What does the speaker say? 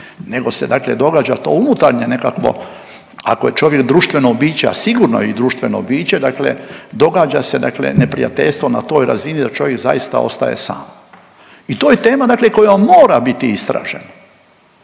nego se dakle događa to unutarnje nekakvo ako je čovjek društveno biće, a sigurno je i društveno biće, dakle događa se neprijateljstvo na toj razini da čovjek zaista ostaje sam. I to je tama koja mora biti istražena